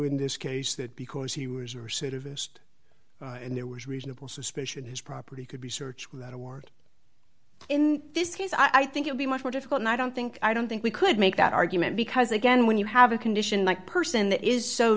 in this case that because he was or sort of asked and there was reasonable suspicion his property could be search with that award in this case i think you'd be much more difficult and i don't think i don't think we could make that argument because again when you have a condition like person that is so